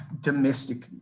Domestically